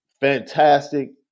fantastic